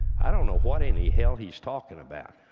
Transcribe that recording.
i don't know what in the hell he's talking about.